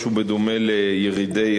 משהו בדומה לירידי